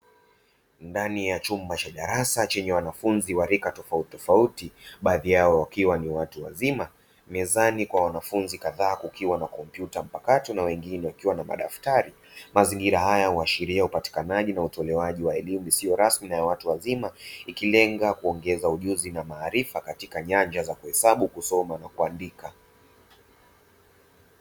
Ndani ya chumba cha darasa chenye wanafunzi wa rika tofautitofauti baadhi yao wakiwa ni watu wazima. Mezani kwa wanafunzi kadhaa kukiwa na kompyuta mpakato na wengine wakiwa na madaftari. Mazingira haya huashiria upatikanaji na utolewaji wa elimu isiyo rasmi na ya watu wazima; ikilenga kuongeza ujuzi na maarifa katika nyanja za kuheaabu, kusoma na kuandika.